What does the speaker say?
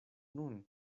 nun